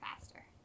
faster